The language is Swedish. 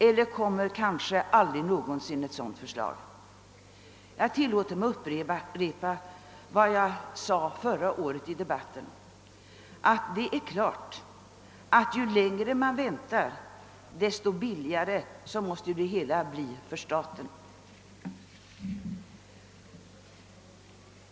Eller kommer kanske aldrig någonsin ett sådant förslag att läggas fram? Jag tillåter mig upprepa vad jag sade i debatten förra året, att ju längre man väntar desto billigare blir naturligtvis det hela för staten.